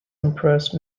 impressed